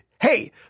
Hey